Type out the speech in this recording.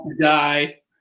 die